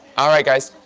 all right guys,